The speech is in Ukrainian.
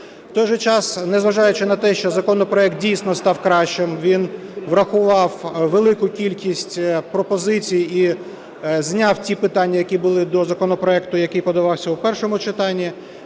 В той же час, незважаючи на те, що законопроект дійсно став кращим, він врахував велику кількість пропозицій і зняв ті питання, які були до законопроекту, який подавався в першому читанні,